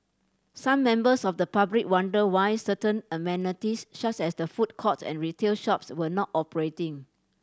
some members of the public wondered why certain amenities such as the food court and retail shops were not operating